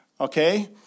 Okay